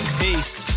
peace